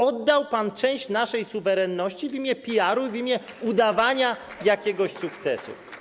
Oddał pan część naszej suwerenności w imię PR-u i w imię udawania jakiegoś sukcesu.